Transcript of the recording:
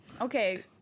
okay